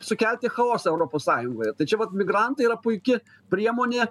sukelti chaosą europos sąjungoje tai čia vat migrantai yra puiki priemonė